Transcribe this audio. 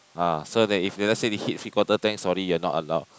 ah so that if you let's say hit three quarter tank sorry you're not allowed